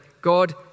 God